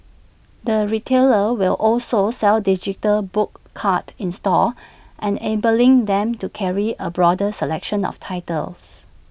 the retailer will also sell digital book cards in stores enabling them to carry A broader selection of titles